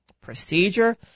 procedure